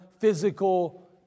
physical